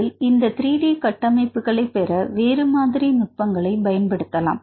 இதில் இந்த 3 டி கட்டமைப்புகளைப் பெற வேறு மாதிரி நுட்பங்களைப் பயன்படுத்தலாம்